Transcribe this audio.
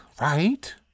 right